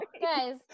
Guys